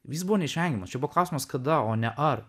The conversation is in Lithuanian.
jis buvo neišvengiamas čia buvo lausimas kada o ne ar